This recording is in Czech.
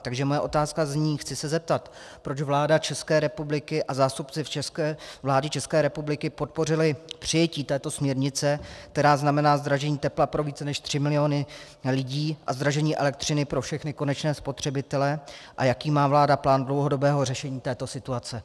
Takže moje otázka zní: Chci se zeptat, proč vláda České republiky a zástupci vlády České republiky podpořili přijetí této směrnice, která znamená zdražení tepla pro více než tři miliony lidí a zdražení elektřiny pro všechny konečné spotřebitele a jaký má vláda plán dlouhodobého řešení této situace.